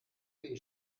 beige